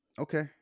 Okay